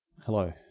hello